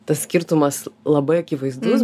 tas skirtumas labai akivaizdus